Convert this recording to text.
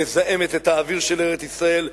מזהמת את האוויר של ארץ-ישראל,